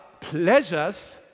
pleasures